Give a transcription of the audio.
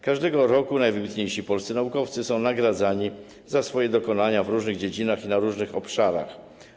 Każdego roku najwybitniejsi polscy naukowcy są nagradzani za swoje dokonania w różnych dziedzinach i w różnych obszarach.